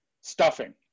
Stuffing